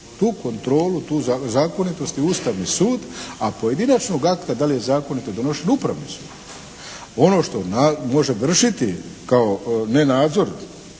tu kontrolu, tu zakonitost i Ustavni sud, a pojedinačnog akta da li je zakonito donošen Upravni sud. Ono što može vršiti kao ne nadzor